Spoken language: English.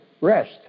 rest